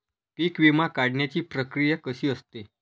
पीक विमा काढण्याची प्रक्रिया कशी असते?